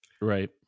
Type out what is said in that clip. Right